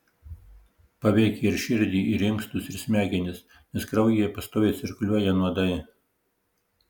paveikia ir širdį ir inkstus ir smegenis nes kraujyje pastoviai cirkuliuoja nuodai